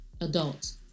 adults